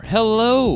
Hello